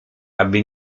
aby